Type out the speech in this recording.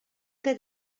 que